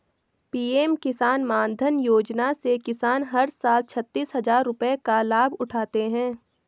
PM किसान मानधन योजना से किसान हर साल छतीस हजार रुपये का लाभ उठाते है